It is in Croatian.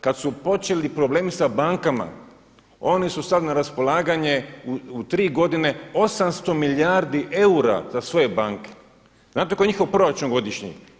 Kada su počeli problemi sa bankama oni su sad na raspolaganje u tri godine 800 milijardi eura za svoje banke. znate koji je njihov proračun godišnji?